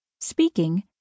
speaking